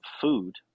food